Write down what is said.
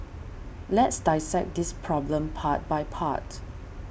let's dissect this problem part by part